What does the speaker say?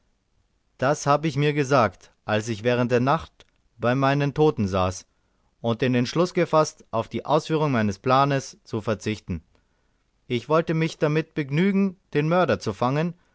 das habe ich mir gesagt als ich während der nacht bei meinen toten saß und den entschluß gefaßt auf die ausführung meines planes zu verzichten ich wollte mich damit begnügen den mörder zu fangen